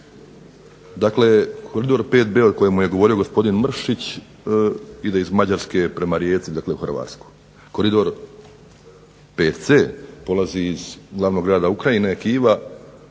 Koridor 5b o kojem je govorio gospodin Mršić ide iz Mađarske, prema Rijeci u Hrvatsku. Koridor 5c polazi iz glavnog grada Ukrajine Kijev